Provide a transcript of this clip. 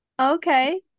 Okay